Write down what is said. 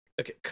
Okay